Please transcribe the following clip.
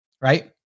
right